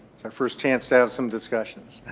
it's our first chance to have some discussions.